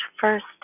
first